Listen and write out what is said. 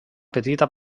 petita